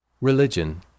Religion